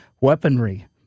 weaponry